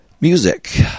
Music